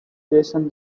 jason